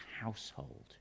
household